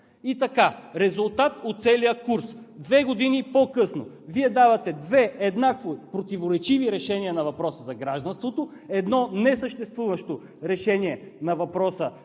И така – резултат от целия курс – две години по-късно, Вие давате две еднакво противоречиви решения на въпроса за гражданството. Едно несъществуващо решение на въпроса